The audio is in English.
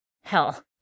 Hell